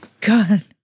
God